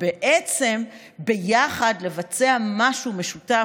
ובעצם ביחד לבצע משהו משותף,